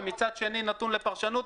ומצד שני נתון לפרשנות,